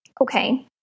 Okay